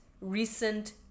recent